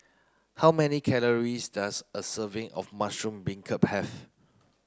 how many calories does a serving of mushroom beancurd have